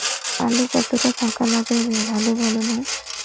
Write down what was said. আলু কতটা ফাঁকা লাগে ভালো ফলন হয়?